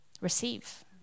receive